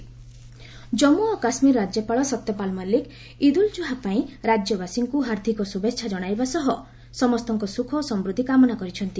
J and K governor Jammu ଓ କାଶ୍ମୀର ରାଜ୍ୟପାଳ ସତ୍ୟପାଲ ମଲ୍ଲିକ ଇଦ୍ ଉଲ୍ କୁହା ପାଇଁ ରାଜ୍ୟବାସୀଙ୍କୁ ହାର୍ଦ୍ଧିକ ଶୁଭେଚ୍ଛା ଜଣାଇବା ସହ ସମସ୍ତଙ୍କ ସୁଖ ଓ ସମୃଦ୍ଧି କାମନା କରିଛନ୍ତି